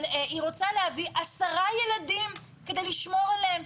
אבל היא רוצה להביא 10 ילדים כדי לשמור עליהם,